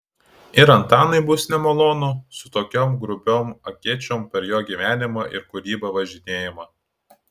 ir antanui bus nemalonu su tokiom grubiom akėčiom per jo gyvenimą ir kūrybą važinėjama